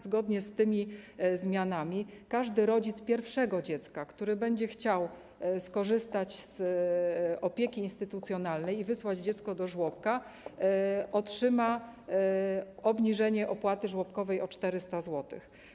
Zgodnie z tymi zmianami każdy rodzic pierwszego dziecka, który będzie chciał skorzystać z opieki instytucjonalnej i wysłać dziecko do żłobka, otrzyma obniżenie opłaty żłobkowej o 400 zł.